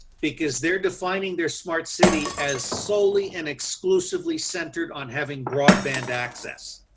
because they're defining their smart city as solely and exclusively centered on having broadband access.